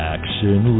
Action